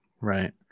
right